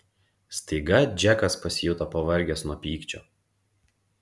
staiga džekas pasijuto pavargęs nuo pykčio